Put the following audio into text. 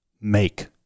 make